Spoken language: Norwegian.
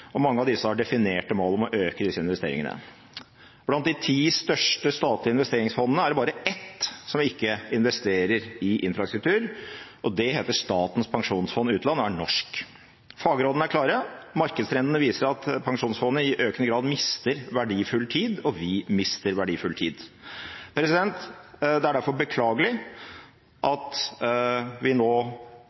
og mange av disse har definerte mål om å øke disse investeringene. Blant de ti største statlige investeringsfondene er det bare ett som ikke investerer i infrastruktur, og det heter Statens pensjonsfond utland og er norsk. Fagrådene er klare. Markedstrendene viser at pensjonsfondet i økende grad mister verdifull tid, og vi mister verdifull tid. Det er derfor beklagelig at vi nå